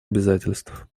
обязательств